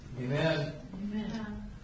Amen